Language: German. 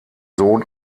sohn